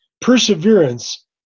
Perseverance